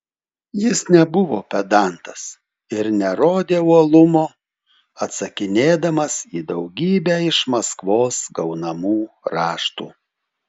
jis nebuvo pedantas ir nerodė uolumo atsakinėdamas į daugybę iš maskvos gaunamų raštų